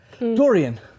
Dorian